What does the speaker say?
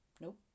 nope